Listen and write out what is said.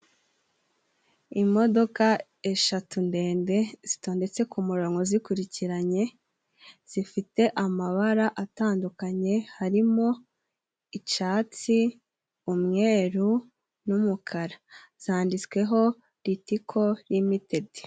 Imodoka eshatu ndende zitondetse ku muronko zikurikiranye zifite amabara atandukanye harimo icatsi, umweru n'umukara zanditsweho Ritiko Limitedi.